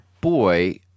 boy